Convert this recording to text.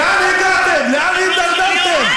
לאן הגעתם?